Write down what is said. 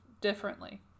differently